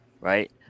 Right